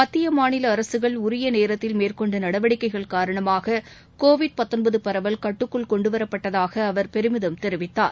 மத்திய மாநில அரசுகள் உரிய நேரத்தில் மேற்கொண்ட நடவடிக்கைகள் காரணமாக கோவிட் பரவல் கட்டுக்குள் கொண்டுவரப்பட்டதாக அவர் பெருமிதம் தெரிவித்தார்